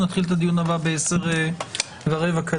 הישיבה ננעלה בשעה 09:55.